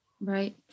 Right